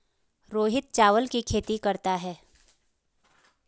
रोहित चावल की खेती करता है